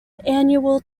annual